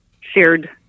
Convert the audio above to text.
shared